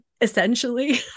essentially